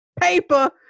paper